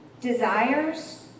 desires